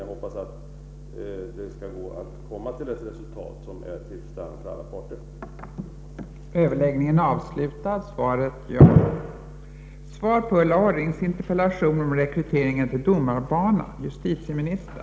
Jag hoppas att det skall gå att komma till ett resultat som är tillfredsställande för alla parter.